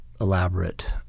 elaborate